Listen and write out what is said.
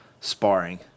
sparring